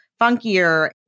funkier